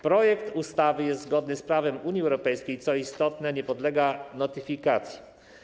Projekt ustawy jest zgodny z prawem Unii Europejskiej, co istotne, nie podlega notyfikacji.